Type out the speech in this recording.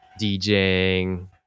DJing